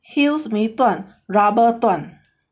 heels 没断 rubber 断